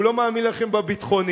הוא לא מאמין לכם בביטחוני.